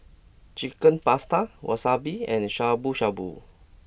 Chicken Pasta Wasabi and Shabu Shabu